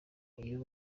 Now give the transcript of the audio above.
iyo